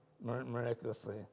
miraculously